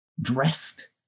dressed